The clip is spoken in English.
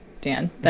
Dan